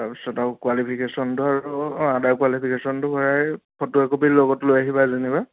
তাৰ পিছত আৰু কুৱালিফিকেচন ধৰ আডাৰ কুৱালিফিকেচন ধৰে ফটো একপি লগত লৈ আহিবা যেনিবা